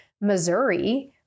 Missouri